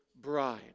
bride